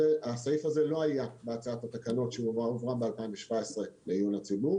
הסעיף הזה לא היה בהצעת התקנות שהועברה ב-2017 לעיון הציבור.